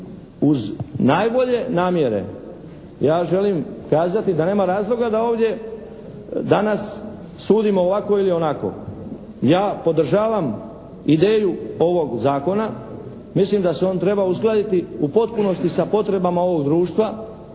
uz najbolje namjere ja želim kazati da nema razloga da ovdje danas sudimo ovako ili onako. Ja podržavam ideju ovog zakona. Mislim da se on treba uskladiti u potpunosti sa potrebama ovog društva,